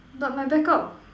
but my backup